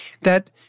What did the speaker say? that-